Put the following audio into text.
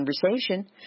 conversation